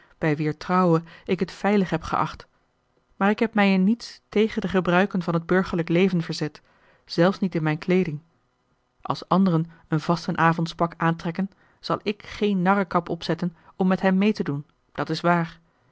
bij wier trouwe ik het veilig heb geacht maar ik heb mij in niets tegen de gebruiken van het burgerlijk leven verzet zelfs niet in mijne kleeding als anderen een vastenavondpak aantrekken zal ik geen narrenkap opzetten om met hen meê te doen dat is waar